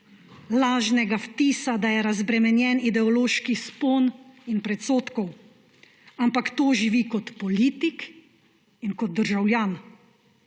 lažnega vtisa, da je razbremenjen ideološki spon in predsodkov, ampak to živi kot politik in kot državljan,